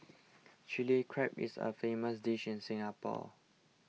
Chilli Crab is a famous dish in Singapore